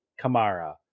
Kamara